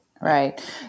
right